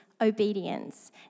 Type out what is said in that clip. obedience